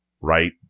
right